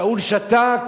שאול שתק